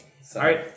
Sorry